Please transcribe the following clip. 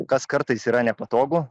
kas kartais yra nepatogu